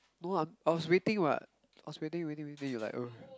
no I'm I was waiting what I was waiting waiting waiting you like ugh